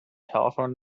telephone